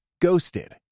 Ghosted